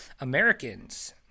Americans